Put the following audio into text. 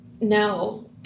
No